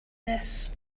this